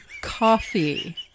Coffee